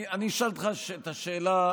אני אשאל אותך את השאלה,